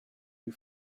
you